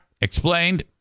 explained